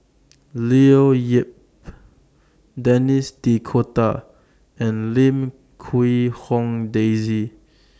Leo Yip Denis D'Cotta and Lim Quee Hong Daisy